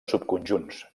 subconjunts